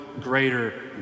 greater